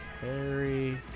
carry